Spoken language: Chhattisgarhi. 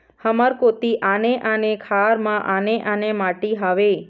हमर कोती आने आने खार म आने आने माटी हावे?